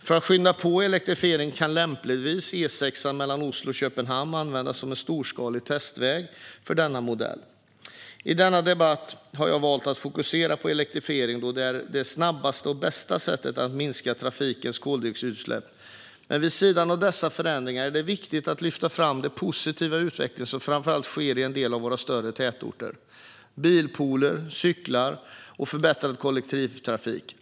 För att skynda på elektrifieringen kan lämpligtvis E6:an mellan Oslo och Köpenhamn användas som en storskalig testväg för denna modell. I denna debatt har jag valt att fokusera på elektrifiering, då det är det snabbaste och bästa sättet att minska trafikens koldioxidutsläpp. Men vid sidan av dessa förändringar är det viktigt att lyfta fram den positiva utveckling som sker framför allt i en del av våra större tätorter med bilpooler, cykling och förbättrad kollektivtrafik.